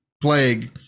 plague